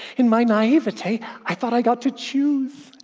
in my naivety, i thought i got to choose.